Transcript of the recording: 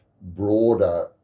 broader